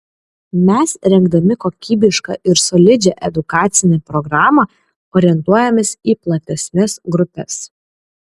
mes rengdami kokybišką ir solidžią edukacinę programą orientuojamės į platesnes grupes